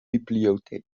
bibliotheek